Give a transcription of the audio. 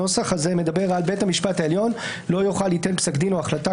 הנוסח הזה מדבר על "בית המשפט העליון לא יוכל ליתן פסק דין או החלטה,